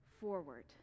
forward